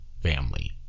family